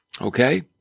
okay